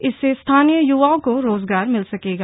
इससे स्थानीय युवाओं को रोजगार मिल सकेगा